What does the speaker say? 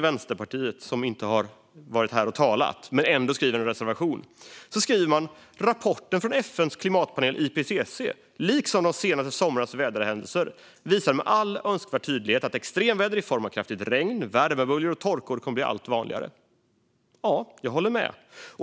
Vänsterpartiet har inte talat här i dag men har skrivit i sin reservation att rapporten från FN:s klimatpanel IPCC likaväl som de senaste somrarnas väderhändelser med all önskvärd tydlighet visar att extremväder i form av kraftigt regn, värmeböljor och torka kommer att bli allt vanligare. Ja, jag håller med.